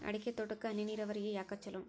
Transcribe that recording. ಅಡಿಕೆ ತೋಟಕ್ಕ ಹನಿ ನೇರಾವರಿಯೇ ಯಾಕ ಛಲೋ?